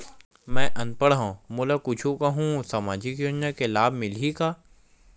मैं अनपढ़ हाव मोला कुछ कहूं सामाजिक योजना के लाभ मिलही का?